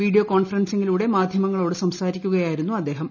video കോൺഫറൻസിംഗിലൂടെ മാധ്യമങ്ങളോട് സംസാരിക്കുകയായിരുന്നു അദ്ദേഹം